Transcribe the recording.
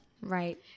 Right